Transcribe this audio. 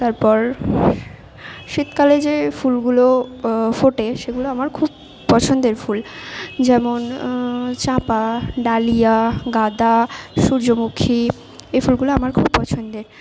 তারপর শীতকালে যে ফুলগুলো ফোটে সেগুলো আমার খুব পছন্দের ফুল যেমন চাঁপা ডালিয়া গাঁদা সূর্যমুখী এই ফুলগুলো আমার খুব পছন্দের